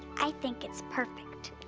i think it's perfect.